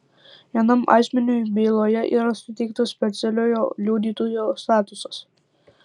vienam asmeniui byloje yra suteiktas specialiojo liudytojo statusas